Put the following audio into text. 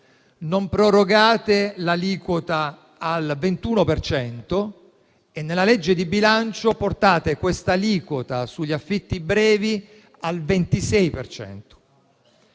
non prorogate l’aliquota al 21 per cento e nella legge di bilancio portate l’aliquota sugli affitti brevi al 26